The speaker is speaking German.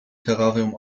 terrarium